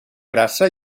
grassa